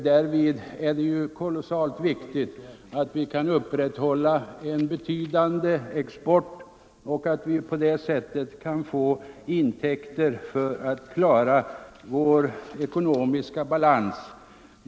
Det är därför kolossalt viktigt att vi kan upprätthålla en betydande export för att på det sättet få intäkter så att vi klarar vår ekonomiska balans.